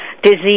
disease